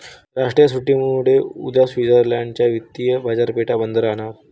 राष्ट्रीय सुट्टीमुळे उद्या स्वित्झर्लंड च्या वित्तीय बाजारपेठा बंद राहणार